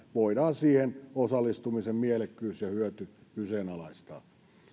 voidaan osallistumisen mielekkyys ja hyöty kyseenalaistaa